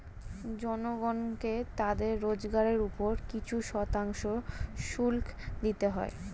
জনগণকে তাদের রোজগারের উপর কিছু শতাংশ শুল্ক দিতে হয়